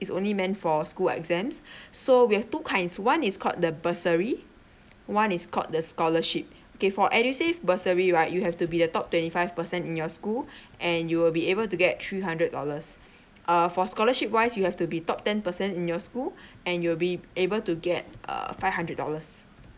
is only meant for school exams so we have two kinds one is called the bursary one is called the scholarship okay for edusave bursary right you have to be a top twenty five percent in your school and you will be able to get three hundred dollars uh for scholarship wise we have to be top ten percent in your school and you'll be able to get uh five hundred dollars